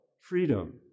freedom